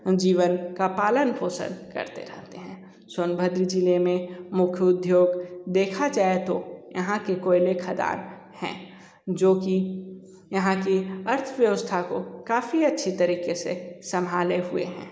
जीवन का पालन पोषण करते रहते हैं सोनभद्र ज़िले में मुख्य उद्योग देखा जाए तो यहाँ के कोयले खदान हैं जो की यहाँ की अर्थव्यवस्था को काफ़ी अच्छी तरीके से संभाले हुए हैं